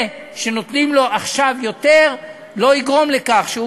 זה שנותנים לו עכשיו יותר לא יגרום לכך שהוא